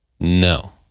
No